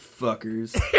Fuckers